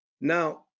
Now